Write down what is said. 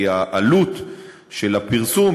כי העלות של הפרסום,